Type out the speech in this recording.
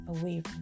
away